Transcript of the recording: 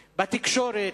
בתקשורת.